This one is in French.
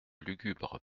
lugubre